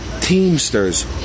Teamsters